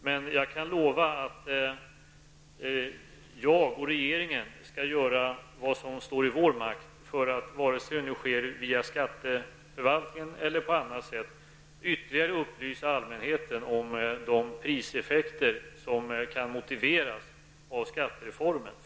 Men jag kan lova att regeringen och jag skall göra vad som står i vår makt för att vare sig det sker med hjälp av skatteförvaltningen eller på annat sätt ytterligare upplysa allmänheten om de priseffekter som kan motiveras av skattereformen.